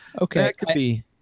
okay